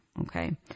Okay